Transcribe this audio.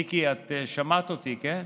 מיקי, את שמעת אותי, כן?